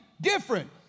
different